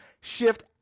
shift